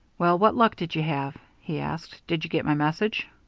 well, what luck did you have? he asked. did you get my message?